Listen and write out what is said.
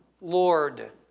Lord